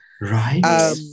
Right